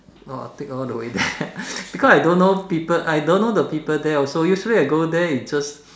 oh take all the way there because I don't know people I don't know the people there also usually I go there is just